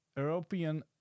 european